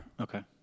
Okay